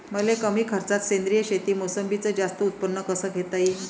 मले कमी खर्चात सेंद्रीय शेतीत मोसंबीचं जास्त उत्पन्न कस घेता येईन?